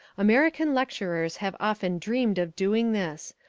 american lecturers have often dreamed of doing this.